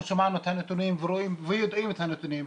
אנחנו שמענו את הנתונים ויודעים את הנתונים,